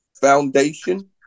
foundation